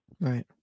Right